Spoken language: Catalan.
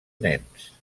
nens